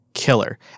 killer